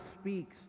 speaks